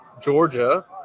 Georgia